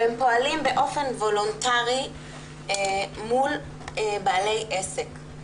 והם פועלים באופן וולונטרי מול בעלי עסק.